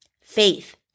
faith